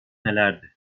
nelerdi